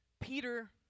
Peter